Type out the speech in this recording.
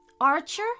Archer